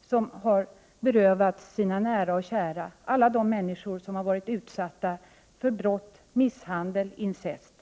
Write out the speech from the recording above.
som har berövats sina nära och kära och de människor som utsatts för brott, misshandel och incest.